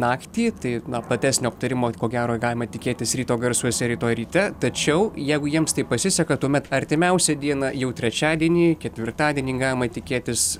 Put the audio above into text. naktį tai na platesnio aptarimo ko gero galima tikėtis ryto garsuose rytoj ryte tačiau jeigu jiems tai pasiseka tuomet artimiausią dieną jau trečiadienį ketvirtadienį galima tikėtis